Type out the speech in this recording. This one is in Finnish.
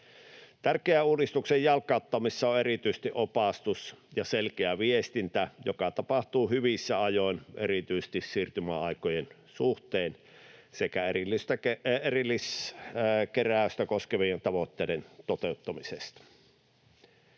Tärkeää uudistuksen jalkauttamisessa on erityisesti opastus ja selkeä viestintä, joka tapahtuu hyvissä ajoin erityisesti siirtymäaikojen suhteen sekä erilliskeräystä koskevien tavoitteiden toteuttamisen